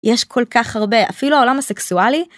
יש כל כך הרבה, אפילו העולם הסקסואלי.